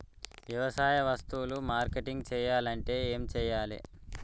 వ్యవసాయ వస్తువులు మార్కెటింగ్ చెయ్యాలంటే ఏం చెయ్యాలే?